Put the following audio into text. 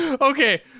Okay